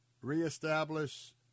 reestablish